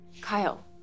Kyle